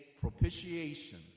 propitiation